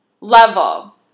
level